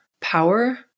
power